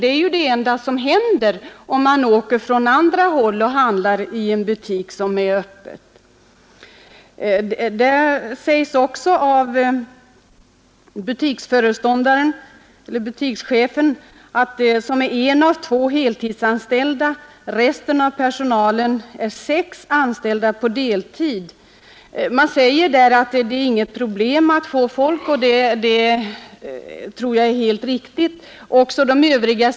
Det är ju det enda som händer, om man åker från andra håll för att handla i en butik som har öppet. Enligt referatet säger också butikschefen — som är en av två heltidsanställda, resten av personalen är sex deltidsanställda — att det är inget problem att få folk. Det tror jag är helt riktigt.